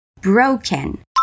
broken